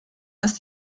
ist